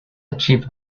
achieve